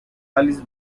alice